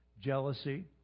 Jealousy